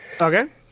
Okay